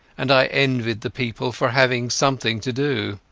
and i envied the people for having something to do.